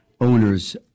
owners